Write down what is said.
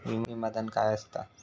विमा धन काय असता?